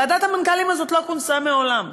ועדת המנכ"לים הזאת לא כונסה מעולם.